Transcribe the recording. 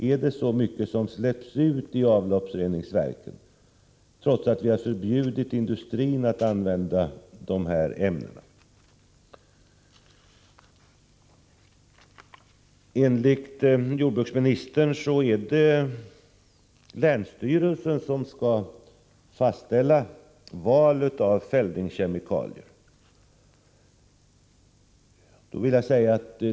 Är det så mycket som släpps ut i avloppsreningsverken, trots att vi har förbjudit industrin att använda dessa ämnen? Enligt jordbruksministern är det länsstyrelsen som skall fastställa val av fällningskemikalier.